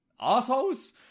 assholes